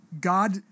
God